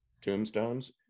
tombstones